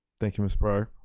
thank you miss pryor.